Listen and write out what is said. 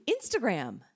Instagram